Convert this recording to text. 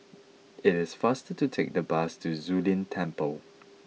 it is faster to take the bus to Zu Lin Temple